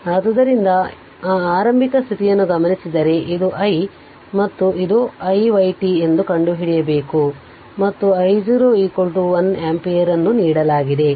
ಆದ್ದರಿಂದ ಆ ಆರಂಭಿಕ ಸ್ಥಿತಿಯನ್ನು ಗಮನಿಸಿದರೆ ಇದು i ಮತ್ತು ಇದು i y t ಎಂದು ಕಂಡುಹಿಡಿಯಬೇಕು ಮತ್ತು I0 1 ಆಂಪಿಯರ್ ಅನ್ನು ನೀಡಲಾಗಿದೆ